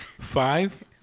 five